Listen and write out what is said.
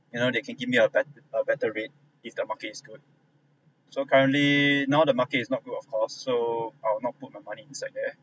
you know they can give me a bet a better rate is the market is good so currently now the market is not good of course so I will not put my money inside there